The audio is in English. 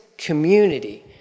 community